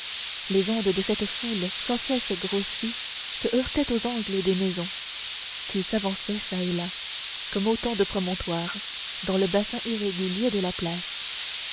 les ondes de cette foule sans cesse grossies se heurtaient aux angles des maisons qui s'avançaient çà et là comme autant de promontoires dans le bassin irrégulier de la place